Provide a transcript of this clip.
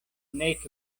nek